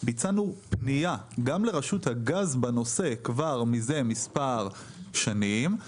ביצענו פנייה גם לרשות הגז בנושא כבר מזה מספר שנים,